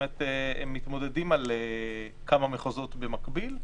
הם מתמודדים על כמה מחוזות במקביל.